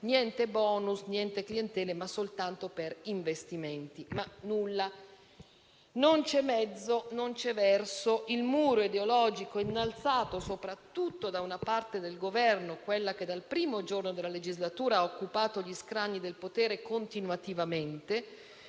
niente *bonus*, niente clientele, ma soltanto per investimenti. Nulla, non c'è mezzo e non c'è verso. Il muro ideologico innalzato soprattutto da una parte del Governo - quella che dal primo giorno della legislatura ha occupato gli scranni del potere continuativamente,